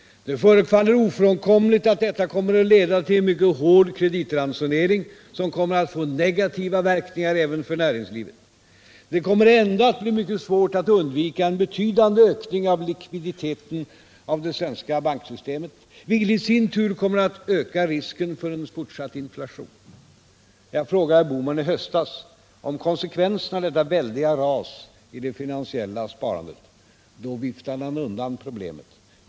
Det förefaller ofrånkomligt att detta kommer att leda till en mycket hård kreditransonering som kommer att få negativa verkningar även för näringslivet. Det kommer ändå att bli mycket svårt att undvika en betydande ökning av likviditeten av det svenska banksystemet, vilket i sin tur kommer att öka risken för en fortsatt inflation. Jag frågade herr Bohman i höstas om konsekvensen av detta väldiga ras i det finansiella sparandet. Då viftade han undan problemet.